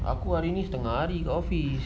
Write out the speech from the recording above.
aku hari ini setengah hari kat office